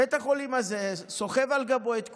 בית החולים הזה סוחב על גבו את כולם.